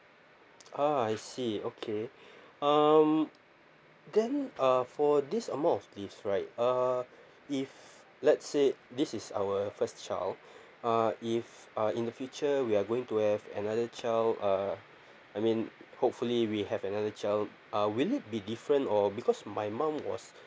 ah I see okay um then uh for this amount of leave right uh if let's say this is our first child uh if uh in the future we are going to have another child uh I mean hopefully we have another child uh will it be different or because my mom was